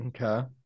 Okay